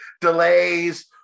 delays